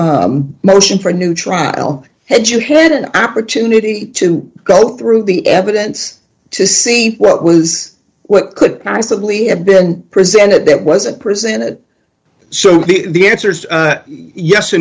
this motion for a new trial and you had an opportunity to go through the evidence to see what was what could possibly have been presented that wasn't presented so the answer is yes